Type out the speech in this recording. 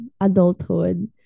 adulthood